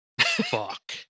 fuck